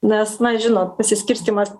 nes na žino pasiskirstymas